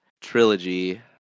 trilogy